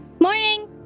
Morning